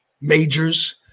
majors